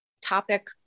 topic